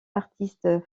artistes